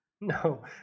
No